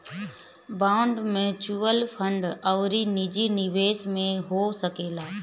bond mutual fund अउरी निजी निवेश में हो सकेला